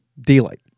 daylight